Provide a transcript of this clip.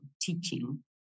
teaching